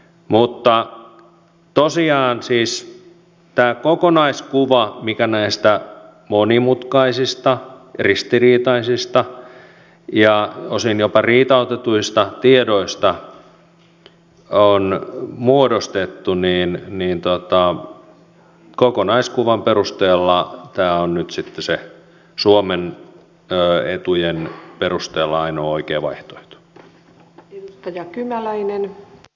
mutta tosiaan siis tämän kokonaiskuvan perusteella mikä näistä monimutkaisista ristiriitaisista ja osin jopa riitautetuista tiedoista on muodostettu tämä on nyt sitten suomen etujen perusteella se ainoa oikea vaihtoehto